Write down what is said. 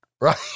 right